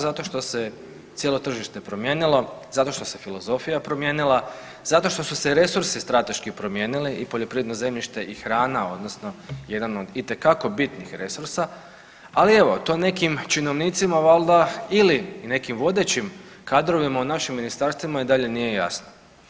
Zato što se cijelo tržište promijenilo, zato što se filozofija promijenila, zato što su se resursi strateški promijenili i poljoprivredno zemljište i hrana odnosno jedan od itekako bitnih resursa, ali eto to nekim činovnicima valjda ili nekim vodećim kadrovima u našim ministarstvima i dalje nije jasno.